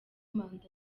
manda